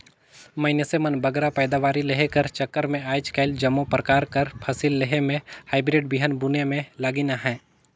मइनसे मन बगरा पएदावारी लेहे कर चक्कर में आएज काएल जम्मो परकार कर फसिल लेहे में हाईब्रिड बीहन बुने में लगिन अहें